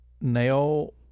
nail